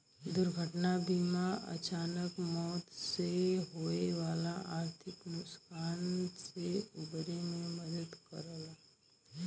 दुर्घटना बीमा अचानक मौत से होये वाले आर्थिक नुकसान से उबरे में मदद करला